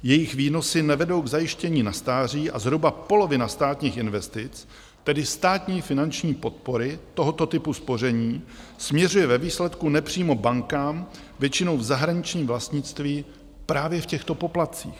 Jejich výnosy nevedou k zajištění na stáří a zhruba polovina státních investic, tedy státní finanční podpory tohoto typu spoření, směřuje ve výsledku nepřímo bankám, většinou v zahraničním vlastnictví, právě v těchto poplatcích.